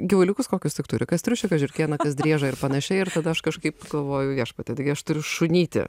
gyvuliukus kokius tik turi kas triušį kas žiurkėną driežą ir panašiai ir tada aš kažkaip galvoju viešpatie taigi aš turiu šunytį